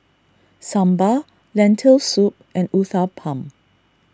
Sambar Lentil Soup and Uthapam